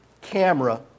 camera